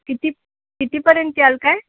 किती कितीपर्यंत याल काय